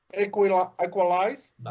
Equalize